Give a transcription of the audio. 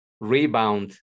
rebound